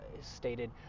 stated